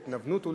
התנוונות,